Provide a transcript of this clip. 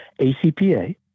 ACPA